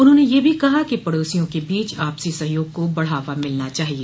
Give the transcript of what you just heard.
उन्होंने यह भी कहा कि पड़ोसियों के बीच आपसो सहयोग को बढ़ावा मिलना चाहिए